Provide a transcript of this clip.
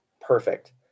perfect